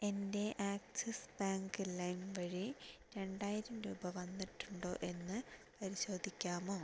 എൻ്റെ Axis bank ലൈം വഴി രണ്ടായിരം രൂപ വന്നിട്ടുണ്ടോ എന്ന് പരിശോധിക്കാമോ